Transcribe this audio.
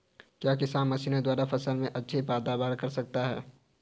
क्या किसान मशीनों द्वारा फसल में अच्छी पैदावार कर सकता है?